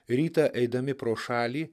rytą eidami pro šalį